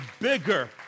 bigger